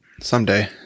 Someday